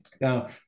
Now